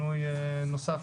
שינוי נוסף